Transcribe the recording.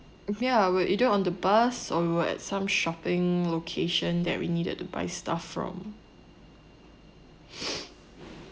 with me I would either on the bus or at some shopping location that we needed to buy stuff from